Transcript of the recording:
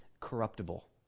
corruptible